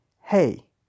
hey